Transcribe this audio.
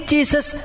Jesus